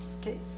Okay